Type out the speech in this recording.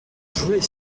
jouer